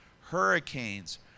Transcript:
hurricanes